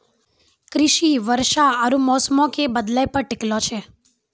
कृषि वर्षा आरु मौसमो के बदलै पे टिकलो छै